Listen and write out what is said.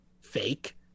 fake